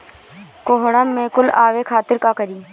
कोहड़ा में फुल आवे खातिर का करी?